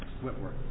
Whitworth